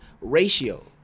ratio